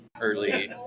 early